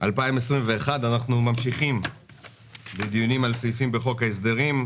2021 ואנחנו ממשיכים בדיונים על סעיפים בחוק ההסדרים.